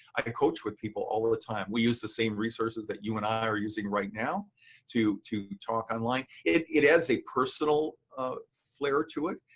i can coach with people all the time. we use the same resources that you and i are using right now to to talk online. it it adds a personal flare to it.